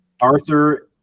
arthur